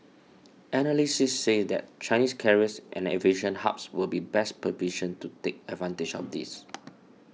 analysts said that Chinese carriers and aviation hubs would be best positioned to take advantage of this